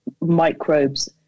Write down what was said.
microbes